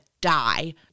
die